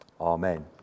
Amen